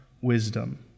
wisdom